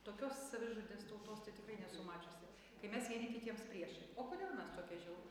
tokios savižudės tautos tai tikrai nesu mačiusi kai mes vieni kitiems priešai o kodėl mes tokie žiaurūs